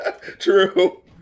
True